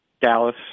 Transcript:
Dallas